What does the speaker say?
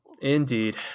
Indeed